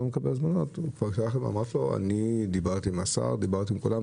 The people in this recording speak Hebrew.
אני דיברתי עם השר ודיברתי עם כולם,